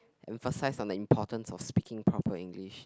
emphasise on the importance of speaking proper English